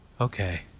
Okay